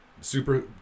super